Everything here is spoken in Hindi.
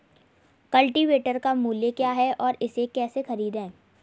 कल्टीवेटर का मूल्य क्या है और इसे कैसे खरीदें?